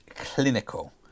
clinical